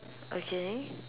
okay